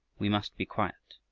we must be quiet.